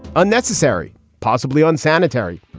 unnecessary, possibly unsanitary,